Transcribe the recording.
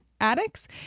addicts